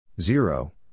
zero